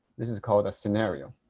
this is called a scenario.